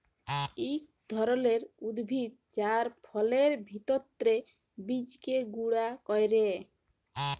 ইক ধরলের উদ্ভিদ যার ফলের ভিত্রের বীজকে গুঁড়া ক্যরে